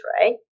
right